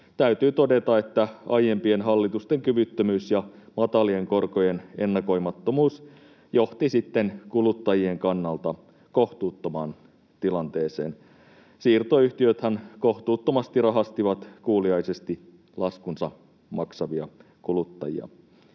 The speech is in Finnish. täytyy todeta, että aiempien hallitusten kyvyttömyys ja matalien korkojen ennakoimattomuus johti sitten kuluttajien kannalta kohtuuttomaan tilanteeseen. Siirtoyhtiöthän kohtuuttomasti rahastivat kuuliaisesti laskunsa maksavia kuluttajia.